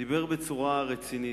דיבר בצורה רצינית.